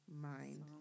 mind